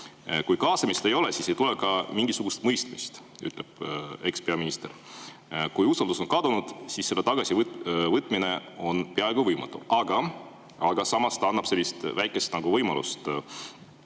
"Kui kaasamist ei ole, siis ei tule ka mingisugust mõistmist," ütleb ekspeaminister. "Kui usaldus on kadunud, siis selle tagasivõitmine on peaaegu võimatu." Samas ta annab sellise väikese võimaluse